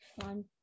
Fun